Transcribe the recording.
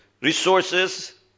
resources